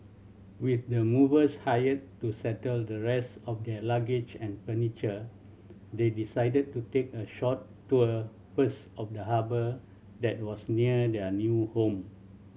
with the movers hired to settle the rest of their luggage and furniture they decided to take a short tour first of the harbour that was near their new home